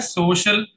social